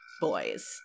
boys